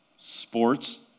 sports